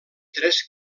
tres